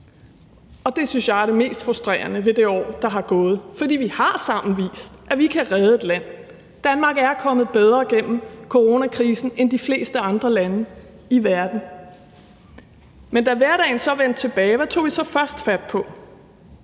Det synes jeg er det mest frustrerende ved det år, der er gået, for vi har sammen vist, at vi kan redde et land. Danmark er kommet bedre igennem coronakrisen end de fleste andre lande i verden. Men da hverdagen så vendte tilbage, hvad tog vi så først fat på